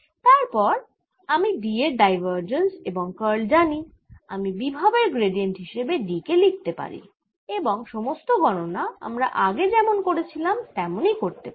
তারপর আমি D এর ডাইভার্জেন্স এবং কার্ল জানি আমি বিভব এর গ্রেডিয়েন্ট হিসাবে D কে লিখতে পারি এবং সমস্ত গণনা আমরা আগে যেমন করেছিলাম তেমন করতে পারি